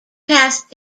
passed